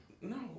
No